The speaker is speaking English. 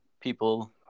people